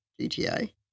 GTA